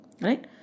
Right